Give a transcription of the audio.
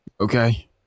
Okay